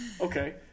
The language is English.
Okay